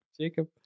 jacob